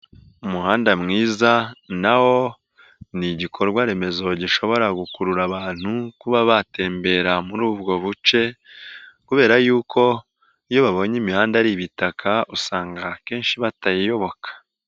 Umuhanda mwiza na wo ni igikorwa remezo gishobora gukurura abantu kuba batembera muri ubwo buce kubera y'uko iyo babonye imihanda ari ibitaka usanga akenshi batayiyoboka.